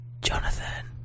Jonathan